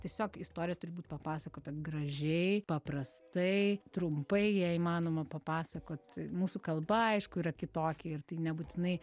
tiesiog istorija turi būt papasakota gražiai paprastai trumpai jei įmanoma papasakot mūsų kalba aišku yra kitokia ir tai nebūtinai